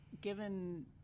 given